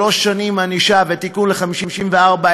שלוש שנים ענישה ותיקון ל-58,400,